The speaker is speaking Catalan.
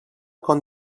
com